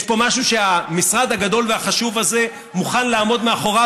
יש פה משהו שהמשרד הגדול והחשוב הזה מוכן לעמוד מאחוריו,